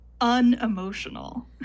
unemotional